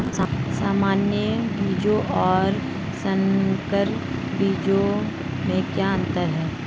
सामान्य बीजों और संकर बीजों में क्या अंतर है?